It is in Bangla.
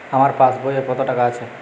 আমার পাসবই এ কত টাকা আছে?